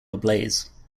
ablaze